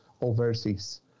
overseas